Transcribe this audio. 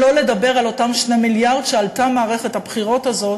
שלא לדבר על אותם 2 מיליארד שעלתה מערכת הבחירות הזאת,